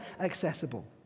accessible